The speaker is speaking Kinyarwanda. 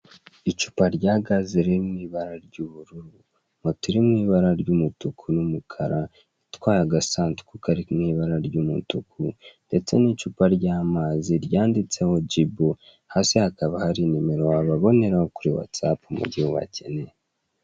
Icupa rya gaze riri mu ibara ry'ubururu, moto iri mu ibara ry'umutuku n'umukara. Itwaye agasanduku kari mu ibara ry'umutuku ndetse n'icupa ry'amazi ryanditseho jibu. Hasi hakaba hari nimero wababoneraho kuri watsapu igihe ubakeneye.